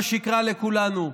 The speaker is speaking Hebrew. ושיקרה לכולנו.